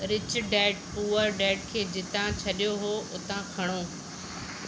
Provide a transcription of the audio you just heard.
rich dad poor dad खे जितां छॾियो हो हुतां खणो